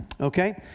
Okay